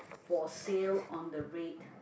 for sale on the red